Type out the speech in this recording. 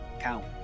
count